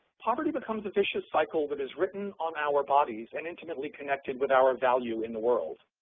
poverty becomes a vicious cycle that is written on our bodies and intimately connected with our value in the world.